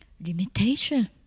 limitation